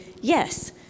yes